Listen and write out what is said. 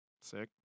Sick